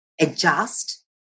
adjust